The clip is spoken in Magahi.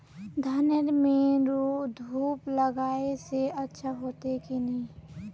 धानेर में धूप लगाए से अच्छा होते की नहीं?